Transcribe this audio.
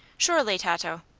surely, tato.